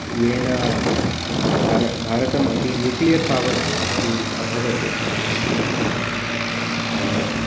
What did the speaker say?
येन भार भारतमपि न्यूक्लियर् पवर् इति अभवत्